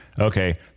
Okay